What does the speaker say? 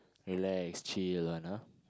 relax chill one ah